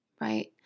right